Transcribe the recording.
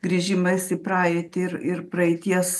grįžimas į praeitį ir ir praeities